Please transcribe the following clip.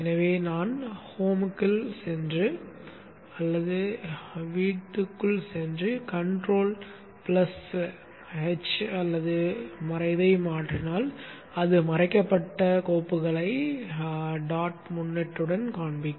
எனவே நான் வீட்டிற்குள் சென்று கண்ட்ரோல் எச் அல்லது மறைவை மாற்றினால் அது மறைக்கப்பட்ட கோப்புகளை டாட் முன்னொட்டுடன் காண்பிக்கும்